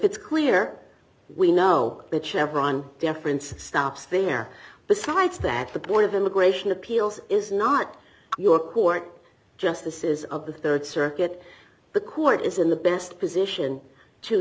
it's clear we know that chevron deference stops there besides that the board of immigration appeals is not your court justices of the rd circuit the court is in the best position to